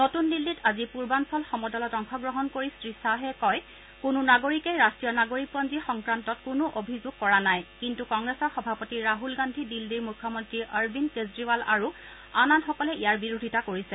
নতুন দিল্লীত আজি পূৰ্বাঞ্চল সমদলত অংশগ্ৰহণ কৰি শ্ৰী শ্বাহে কয় কোনো নাগৰিকৰেই ৰাষ্ট্ৰীয় নাগৰিক পঞ্জী সংক্ৰান্তত কোনো অভিযোগ নাই কিন্তু কংগ্ৰেছৰ সভাপতি ৰাছল গান্ধী দিন্নীৰ মুখ্যমন্ত্ৰী অৰবিন্দ কেজৰিৱাল আৰু আন আন সকলে ইয়াৰ বিৰোধিতা কৰিছে